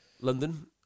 London